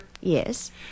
Yes